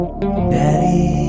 Daddy